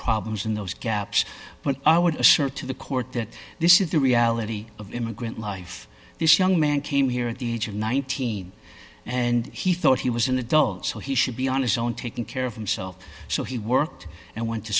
problems in those gaps but i would assert to the court that this is the reality of immigrant life this young man came here at the age of nineteen and he thought he was an adult so he should be on his own taking care of himself so he worked and went to